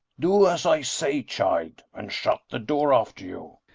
do as i say, child. and shut the door after you.